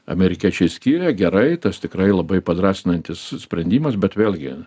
amerikiečiai skyrė gerai tas tikrai labai padrąsinantis sprendimas bet vėlgi